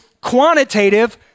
quantitative